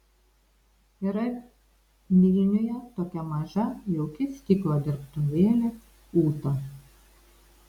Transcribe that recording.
yra vilniuje tokia maža jauki stiklo dirbtuvėlė ūta